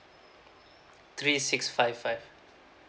three six five five